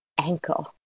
ankle